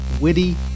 witty